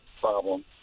problem